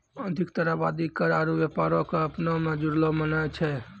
अधिकतर आवादी कर आरु व्यापारो क अपना मे जुड़लो मानै छै